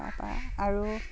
তাপা আৰু